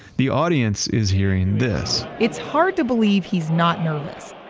the audience is hearing this it's hard to believe he's not nervous,